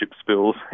spills